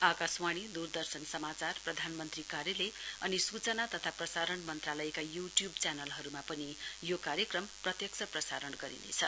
आकाशवाणी दूरदर्शन समाचार प्रधानमन्त्री कार्यलय अनि सूचना तथा प्रसारण मन्त्रालयका यू ट्यूब च्यानलहरूमा पनि यो कार्यक्रम प्रत्यक्ष प्रसारण गरिनेछ